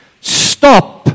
Stop